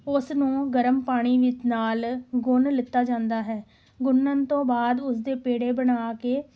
ਉਸ ਨੂੰ ਗਰਮ ਪਾਣੀ ਵੀ ਨਾਲ ਗੁੰਨ ਲਿੱਤਾ ਜਾਂਦਾ ਹੈ ਗੁੰਨਣ ਤੋਂ ਬਾਅਦ ਉਸਦੇ ਪੇੜੇ ਬਣਾ ਕੇ